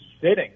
sitting